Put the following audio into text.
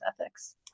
Ethics